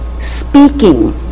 speaking